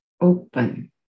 open